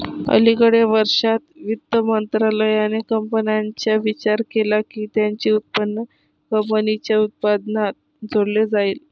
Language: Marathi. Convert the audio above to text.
अलिकडे वर्षांत, वित्त मंत्रालयाने कंपन्यांचा विचार केला की त्यांचे उत्पन्न कंपनीच्या उत्पन्नात जोडले जाईल